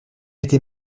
était